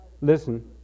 Listen